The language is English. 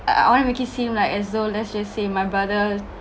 I want to make it seem like as though let's just say my brother